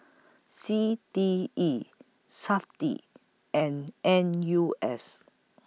C T E Safti and N U S